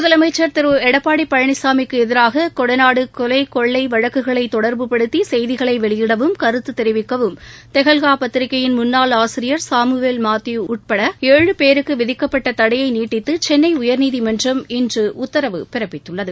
முதலமைச்சா் திரு எடப்பாடி பழனிசாமிக்கு எதிராக கொடநாடு கொலை கொள்கை வழக்குகளை தொடர்புபடுத்தி செய்திகளை வெளியிடவும் கருத்து தெரிவிக்கவும் டெஹர்கா பத்திரிகையின் முன்னாள் ஆசிரியர் சாமுவேல் மாத்யூ உட்பட ஏழு பேருக்கு விதிக்கப்பட்ட தடையை நீட்டித்து சென்னை உயர்நீதிமன்றம் இன்று உத்தரவு பிறப்பித்துள்ளது